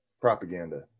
propaganda